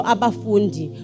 Abafundi